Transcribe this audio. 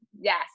Yes